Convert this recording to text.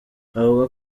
avuga